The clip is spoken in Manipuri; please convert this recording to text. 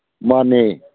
ꯃꯥꯅꯦ